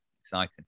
exciting